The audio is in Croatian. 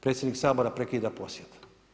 Predsjednik Sabora prekida posjet.